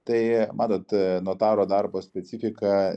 tai matot notaro darbo specifika